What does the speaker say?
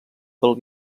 del